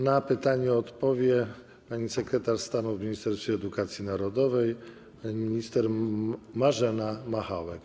Na pytanie odpowie sekretarz stanu w Ministerstwie Edukacji Narodowej pani minister Marzena Machałek.